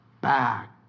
back